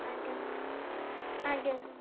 ଆଜ୍ଞା ଆଜ୍ଞା ସାର୍